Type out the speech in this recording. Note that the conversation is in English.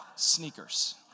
sneakers